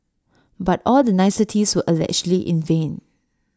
but all the niceties were allegedly in vain